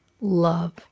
love